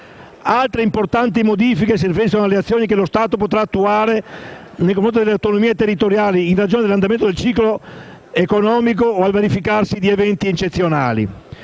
Altre importanti modifiche si riferiscono alle azioni che lo Stato potrà attuare nei confronti delle autonomie territoriali in ragione dell'andamento del ciclo economico o al verificarsi di eventi eccezionali.